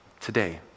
today